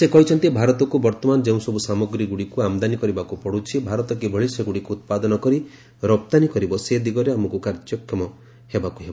ସେ କହିଛନ୍ତି ଭାରତକୁ ବର୍ତ୍ତମାନ ଯେଉଁସବୁ ସାମଗ୍ରୀଗୁଡ଼ିକୁ ଆମଦାନୀ କରିବାକୁ ପଡୁଛି ଭାରତ କିଭଳି ସେଗୁଡ଼ିକୁ ଉତ୍ପାଦନ କରି ରପ୍ତାନୀ କରିବ ସେ ଦିଗରେ ଆମକୁ କାର୍ଯ୍ୟକରିବାକୁ ହେବ